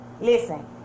listen